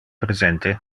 presente